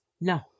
No